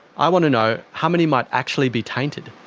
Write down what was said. i want to know how many might actually be tainted.